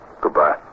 Goodbye